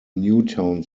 newtown